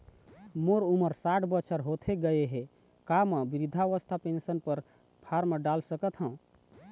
मोर उमर साठ बछर होथे गए हे का म वृद्धावस्था पेंशन पर फार्म डाल सकत हंव?